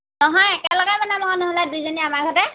নহয় একেলগে বনাম নহ'লে দুইজনীয়ে আমাৰ ঘৰতে